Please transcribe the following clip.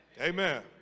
Amen